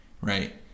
right –